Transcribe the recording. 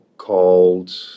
called